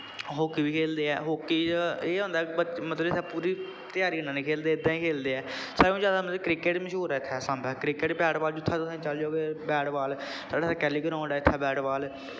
hockey बी खेलदे ऐ हाकी च एह् होंदा ऐ मतलब इत्थै पूरी त्यारी कन्नै नी खेलदे इद्दां ई खेलदे ऐ सारें कोला ज्यादा मतलब कि क्रिकेट मश्हूर ऐ इत्थें सांबै क्रिकेट बाल जित्थें तुस चल जाओ गे बाल मतलब इत्थै कैली ग्राउंड ऐ इत्थै बाल